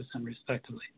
respectively